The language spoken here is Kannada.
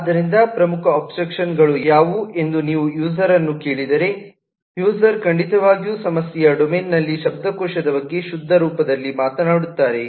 ಆದ್ದರಿಂದ ಪ್ರಮುಖ ಅಬ್ಸ್ಟ್ರಾಕ್ಷನ್ಗಳು ಯಾವುವು ಎಂದು ನೀವು ಯೂಸರ್ರನ್ನು ಕೇಳಿದರೆ ಯೂಸರ್ ಖಂಡಿತವಾಗಿಯೂ ಸಮಸ್ಯೆಯ ಡೊಮೇನ್ನ ಶಬ್ದಕೋಶದ ಬಗ್ಗೆ ಶುದ್ಧ ರೂಪದಲ್ಲಿ ಮಾತನಾಡುತ್ತಾರೆ